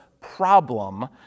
problem